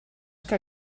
que